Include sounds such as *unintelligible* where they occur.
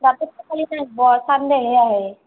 *unintelligible* Sunday হে আহে